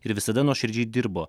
ir visada nuoširdžiai dirbo